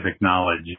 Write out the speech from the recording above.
knowledge